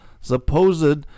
supposed